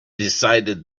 decided